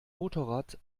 motorrad